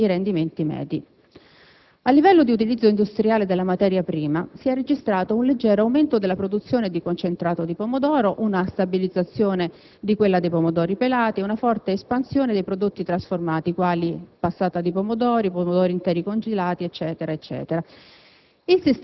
In tutti i casi, grazie allo sviluppo della tecnica agronomica, sono aumentati i rendimenti medi. A livello di utilizzo industriale della materia prima si è registrato un leggero aumento della produzione di concentrato di pomodoro, una stabilizzazione di quella dei pomodori pelati e una forte espansione dei prodotti trasformati, quali